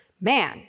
man